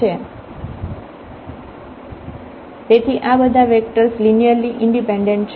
તેથી આ બધા વેક્ટર્સ લિનિયરલી ઈન્ડિપેન્ડેન્ટ છે